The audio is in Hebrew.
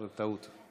זה טעות.